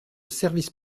service